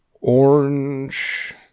orange